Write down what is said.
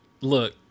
look